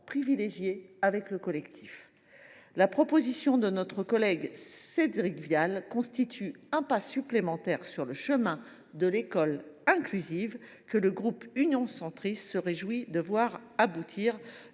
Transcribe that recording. privilégiés avec le collectif. La proposition de loi de notre collègue Cédric Vial constitue un pas supplémentaire sur le chemin de l’école inclusive, et le groupe Union Centriste se réjouit de la voir aboutir